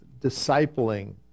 discipling